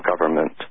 government